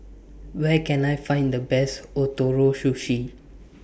Where Can I Find The Best Ootoro Sushi